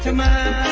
yeah man